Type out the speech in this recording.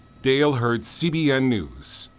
dale hurd, cbn news.